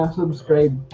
subscribe